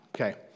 Okay